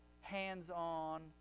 hands-on